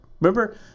remember